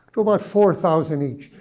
to about four thousand each.